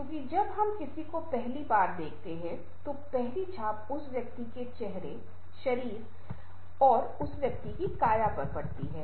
क्योंकि जब हम किसी को पहली बार देखते हैं तो पहली छाप उस व्यक्ति के चेहरे शरीर शारीरिक उस व्यक्ति की काया को देखते है